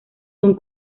son